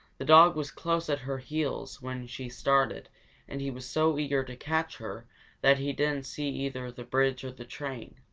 the dog was close at her heels when she started and he was so eager to catch her that he didn't see either the bridge or the train.